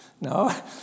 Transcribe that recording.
No